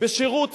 בשירות צבאי,